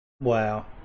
Wow